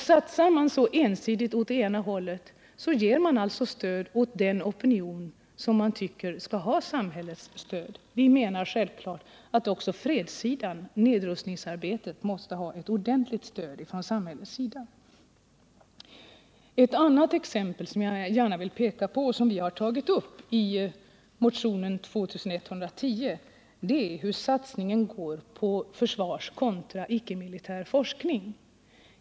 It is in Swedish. Satsar man så ensidigt åt det ena hållet, ger man alltså stöd åt den opinion som man tycker skall ha samhällets stöd. Vi menar självfallet att också fredssidan, nedrustningsarbetet, måste ha ett ordentligt stöd från samhället. Ett annat exempel, som jag gärna vill peka på och som vi har tagit upp i motionen 2110, är satsningen på militär kontra icke-militär forskning.